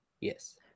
Yes